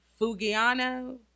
fugiano